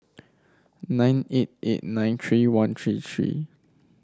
nine eight eight nine three thirteen three